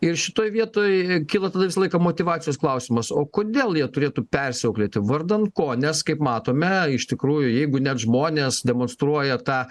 ir šitoj vietoj kyla tada visą laiką motyvacijos klausimas o kodėl jie turėtų persiauklėti vardan ko nes kaip matome iš tikrųjų jeigu net žmonės demonstruoja tą